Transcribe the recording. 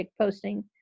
posting